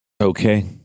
Okay